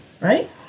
right